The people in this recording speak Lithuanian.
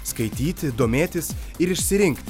skaityti domėtis ir išsirinkti